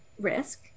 risk